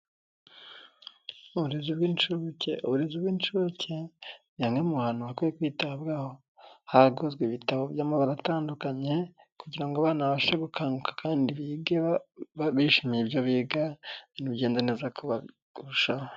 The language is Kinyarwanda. Uburezi bw'incuke, uburezi bw'incuke ni hamwe mu hantu hakwiye kwitabwaho, haguzwe ibitabo by'amabara atandukanye kugira ngo abana babashe gukanguka kandi bige bishimiye ibyo biga, bingenda neza kurushaho.